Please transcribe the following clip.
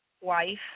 wife